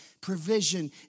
provision